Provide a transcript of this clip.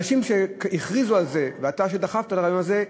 אנשים שהכריזו על זה, ואתה שדחפת את הרעיון הזה,